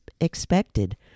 expected